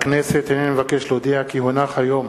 הכנסת, הנני מבקש להודיע, כי הונחה היום